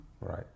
right